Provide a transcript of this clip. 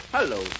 Hello